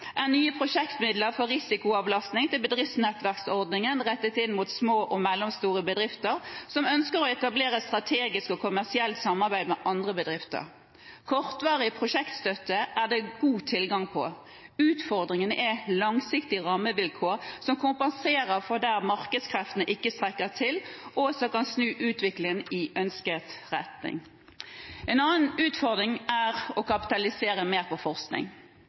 er nye prosjektmidler for risikoavlastning til Bedriftsnettverksordningen rettet inn mot små og mellomstore bedrifter som ønsker å etablere strategisk og kommersielt samarbeid med andre bedrifter. Kortvarig prosjektstøtte er det god tilgang på – utfordringen er langsiktige rammevilkår som kompenserer der markedskreftene ikke strekker til, og som kan snu utviklingen i ønsket retning. En annen utfordring er å kapitalisere mer på forskning,